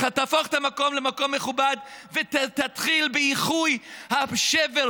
תהפוך את המקום הזה למקום מכובד ותתחיל באיחוי השבר,